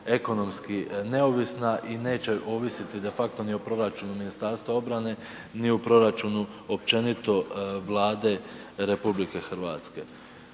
ekonomski neovisna i neće ovisiti de facto ni o proračunu Ministarstva obrane, ni o proračunu općenito Vlade RH.